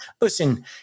listen